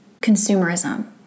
consumerism